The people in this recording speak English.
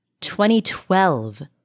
2012